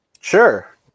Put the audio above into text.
Sure